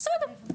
בסדר.